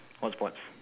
what sports